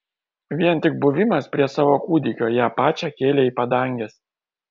vien tik buvimas prie savo kūdikio ją pačią kėlė į padanges